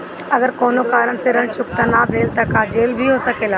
अगर कौनो कारण से ऋण चुकता न भेल तो का जेल भी हो सकेला?